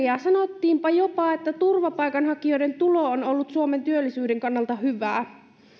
ja sanottiinpa jopa että turvapaikanhakijoiden tulo on ollut suomen työllisyyden kannalta hyvä